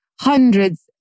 hundreds